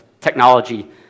technology